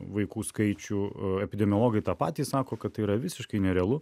vaikų skaičių epidemiologai tą patį sako kad tai yra visiškai nerealu